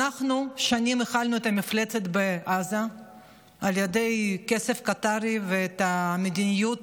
אנחנו שנים האכלנו את המפלצת בעזה על ידי כסף קטרי בעזה ועם המדיניות